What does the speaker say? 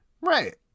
Right